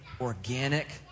organic